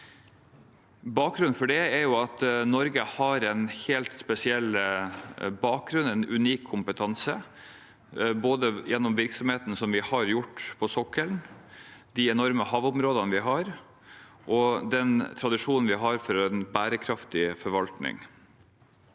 Bakgrunnen for det er at Norge har en helt unik kompetanse, både gjennom virksomheten på sokkelen, de enorme havområdene vi har, og den tradisjonen vi har for en bærekraftig forvaltning.